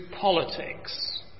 Politics